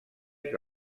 que